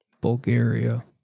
Bulgaria